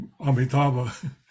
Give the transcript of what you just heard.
Amitabha